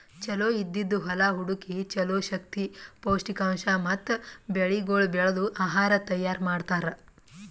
ಚಲೋ ಇದ್ದಿದ್ ಹೊಲಾ ಹುಡುಕಿ ಚಲೋ ಶಕ್ತಿ, ಪೌಷ್ಠಿಕಾಂಶ ಮತ್ತ ಬೆಳಿಗೊಳ್ ಬೆಳ್ದು ಆಹಾರ ತೈಯಾರ್ ಮಾಡ್ತಾರ್